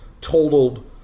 totaled